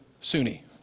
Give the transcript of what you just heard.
Sunni